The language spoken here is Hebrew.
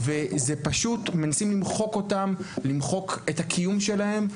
ומנסים למחוק אותם ואת הקיום שלהם.